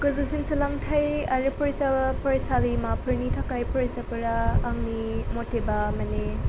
गोजौसिन सोलोंथाइ आरो फरायसा फरायसालिमाफोरनि थाखाय फराइसाफोरा आंनि मथेब्ला माने